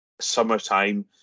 summertime